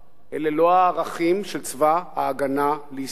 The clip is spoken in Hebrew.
אלה לא הערכים של צבא-הגנה לישראל.